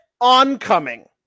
oncoming